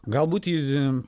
galbūt į